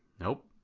Nope